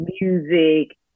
music